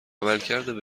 عملکرد